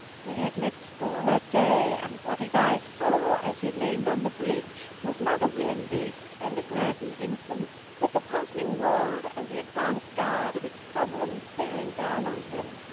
he had left school that day, and what his eyes saw as he leaned on the bridge was not a willing beast and a gladdened infant, but the puzzling world and the advance guard of its problems bearing down on him.